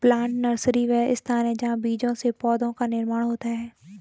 plant nursery वह स्थान है जहां बीजों से पौधों का निर्माण होता है